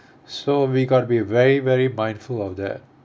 so we got to be very very mindful of that